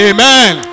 Amen